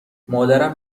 مادرم